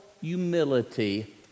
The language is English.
humility